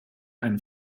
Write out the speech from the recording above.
einen